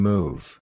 Move